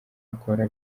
akora